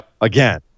again